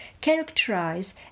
characterize